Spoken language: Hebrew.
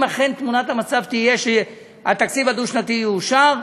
אם אכן תמונת המצב תהיה שהתקציב הדו-שנתי יאושר,